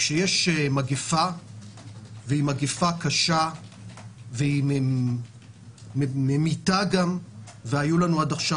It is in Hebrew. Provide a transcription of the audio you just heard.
כשיש מגיפה קשה והיא ממיתה והיו לנו עד עכשיו